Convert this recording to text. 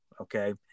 Okay